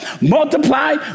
multiply